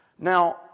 Now